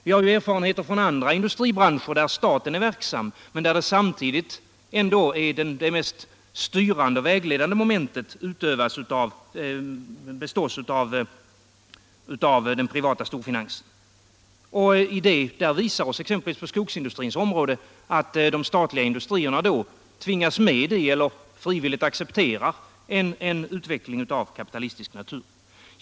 Vi har erfarenhet från andra industribranscher, där staten är verksam, men där samtidigt ändå det mest styrande och vägledande momentet bestås av den privata storfinansen. Exempelvis på skogsindustrins område ser vi att de statliga industrierna tvingas med i eller frivilligt accepterar en utveckling av kapitalistisk natur.